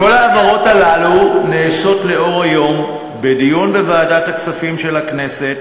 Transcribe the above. כל ההעברות הללו נעשות לאור היום בדיון בוועדת הכספים של הכנסת,